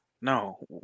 No